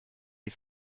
die